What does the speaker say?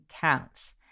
counts